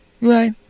Right